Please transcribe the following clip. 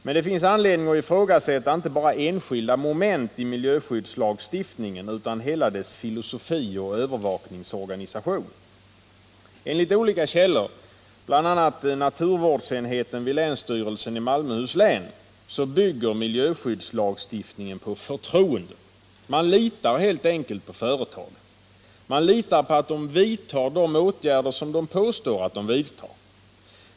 Men det finns anledning att ifrågasätta inte bara enskilda moment i miljöskyddslagstiftningen utan hela dess filosofi och övervakningsorganisation. Enligt olika källor, bl.a. naturvårdsenheten vid länsstyrelsen i Malmöhus län, bygger miljöskyddslagstiftningen på förtroende. Man litar helt enkelt på företagen. Man litar på att de vidtar åtgärder som de påstår sig vidta.